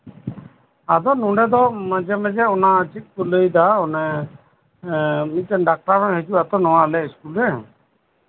ᱟᱫᱚ ᱱᱚᱰᱮ ᱫᱚ ᱢᱟᱡᱷᱮ ᱢᱟᱡᱷᱮ ᱚᱱᱟ ᱪᱮᱫ ᱠᱚ ᱞᱟᱹᱭᱫᱟ ᱢᱤᱫᱴᱟᱝ ᱰᱟᱠᱛᱟᱨ ᱮ ᱦᱤᱡᱩᱜ ᱟᱛᱳ ᱟᱞᱮ ᱤᱥᱠᱩᱞ ᱨᱮ